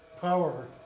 power